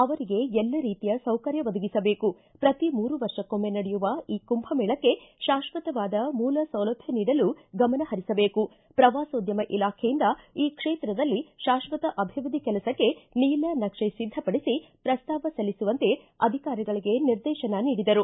ಅವರಿಗೆ ಎಲ್ಲ ರೀತಿಯ ಸೌಕರ್ಯ ಒದಗಿಸಬೇಕು ಪ್ರತಿ ಮೂರು ವರ್ಷಕ್ಕೊಮ್ನೆ ನಡೆಯುವ ಈ ಕುಂಭಮೇಳಕ್ಕೆ ಶಾಶ್ವತವಾದ ಮೂಲ ಸೌಲಭ್ಞ ನೀಡಲು ಗಮನ ಹರಿಸಬೇಕು ಪ್ರವಾಸೋದ್ದಮ ಇಲಾಖೆಯಿಂದ ಈ ಕ್ಷೇತ್ರದಲ್ಲಿ ಶಾತ್ವತ ಅಭಿವೃದ್ದಿ ಕೆಲಸಕ್ಕೆ ನೀಲನ್ವೆ ಸಿದ್ದಪಡಿಸಿ ಪ್ರಸ್ತಾವ ಸಲ್ಲಿಸುವಂತೆ ಅಧಿಕಾರಿಗಳಿಗೆ ನಿರ್ದೇತನ ನೀಡಿದರು